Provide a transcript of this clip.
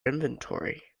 inventory